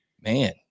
man